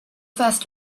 first